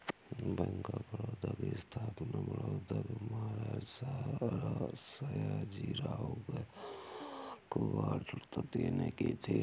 bank of Baroda की स्थापना बड़ौदा के महाराज सयाजीराव गायकवाड तृतीय ने की थी